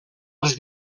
als